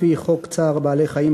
לפי חוק צער בעלי-חיים,